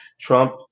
Trump